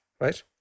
right